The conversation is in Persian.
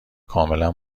کاملا